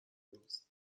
روز